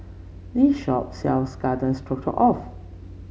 this shop sells Garden Stroganoff